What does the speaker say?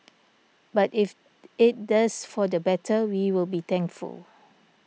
but if it does for the better we will be thankful